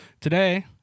Today